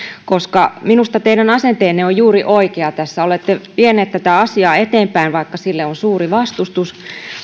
koska minusta teidän asenteenne on juuri oikea tässä olette vienyt tätä asiaa eteenpäin vaikka sille on suuri vastustus